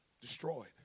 destroyed